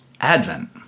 Advent